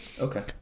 Okay